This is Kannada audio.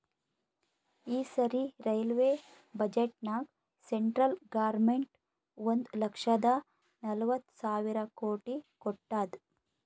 ಈ ಸರಿ ರೈಲ್ವೆ ಬಜೆಟ್ನಾಗ್ ಸೆಂಟ್ರಲ್ ಗೌರ್ಮೆಂಟ್ ಒಂದ್ ಲಕ್ಷದ ನಲ್ವತ್ ಸಾವಿರ ಕೋಟಿ ಕೊಟ್ಟಾದ್